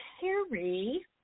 terry